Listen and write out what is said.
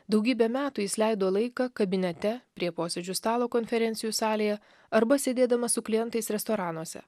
daugybę metų jis leido laiką kabinete prie posėdžių stalo konferencijų salėje arba sėdėdamas su klientais restoranuose